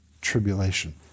tribulation